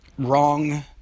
wrong